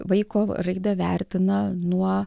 vaiko raidą vertina nuo